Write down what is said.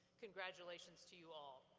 congratulations to you all.